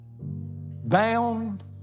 bound